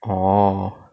orh